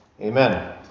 amen